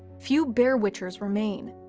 few bear witchers remain,